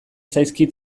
zaizkit